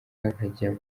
nkajya